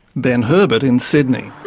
ben herbert in sydney.